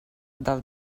del